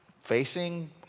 facing